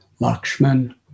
Lakshman